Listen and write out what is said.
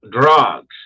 drugs